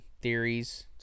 theories